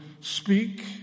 speak